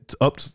up